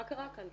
מה קרה כאן?